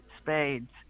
spades